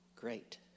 great